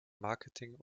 marketing